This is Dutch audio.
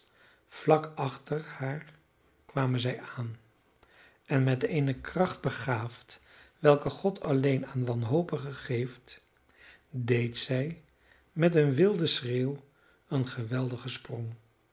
vlak achter haar kwamen zij aan en met eene kracht begaafd welke god alleen aan wanhopigen geeft deed zij met een wilden schreeuw een geweldigen sprong